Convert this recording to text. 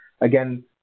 again